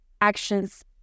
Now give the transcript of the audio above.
actions